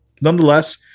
Nonetheless